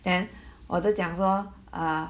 then 我就讲说 err